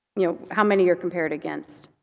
you know, how many are compared against.